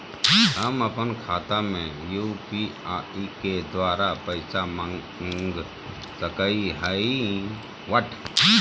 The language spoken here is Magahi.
हम अपन खाता में यू.पी.आई के द्वारा पैसा मांग सकई हई?